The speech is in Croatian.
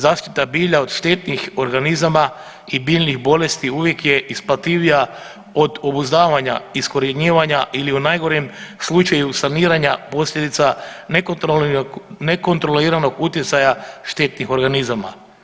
Zaštita bilja od štetnih organizama i biljnih bolesti uvijek je isplativija od obuzdavanja, iskorjenjivanja ili u najgorem slučaju saniranja posljedica nekontroliranog utjecaja štetnih organizama.